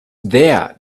there